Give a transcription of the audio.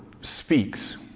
speaks